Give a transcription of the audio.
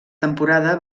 temporada